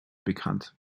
bekannt